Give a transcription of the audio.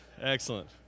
excellent